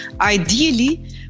ideally